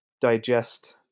digest